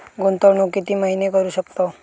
गुंतवणूक किती महिने करू शकतव?